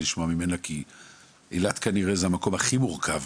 שם זה המקום המורכב